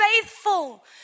faithful